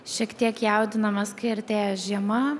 šiek tiek jaudinamės kai artėja žiema